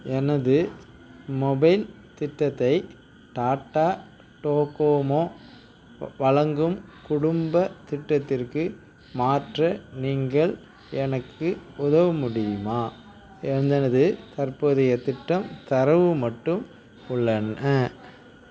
எனது மொபைல் திட்டத்தை டாடா டோகோமோ வழங்கும் குடும்ப திட்டத்திற்கு மாற்ற நீங்கள் எனக்கு உதவ முடியுமா எனது தற்போதைய திட்டம் தரவு மட்டும் உள்ளன